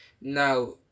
now